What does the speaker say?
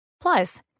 Plus